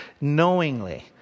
Knowingly